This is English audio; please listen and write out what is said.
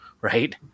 Right